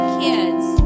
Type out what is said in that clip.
kids